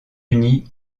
unis